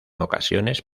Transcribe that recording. ocasiones